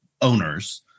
owners